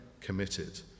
committed